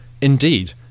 Indeed